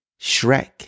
Shrek